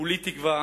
כולי תקווה